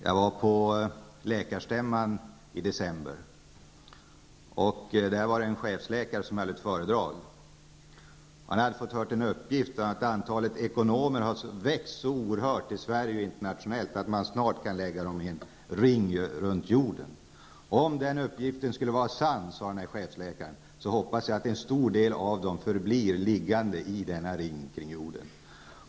Jag var på läkarstämman i december. Där var det en chefsläkare som höll föredrag. Han hade fått höra att antalet ekonomer i Sverige och internationellt har ökat så oerhört att man snart kan lägga dem i en ring runt jorden. Om den uppgiften skulle vara sann, sade chefsläkaren, hoppas jag att en stor del av dessa ekonomer förblir liggande i denna ring kring jorden.